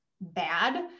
bad